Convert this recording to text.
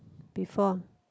before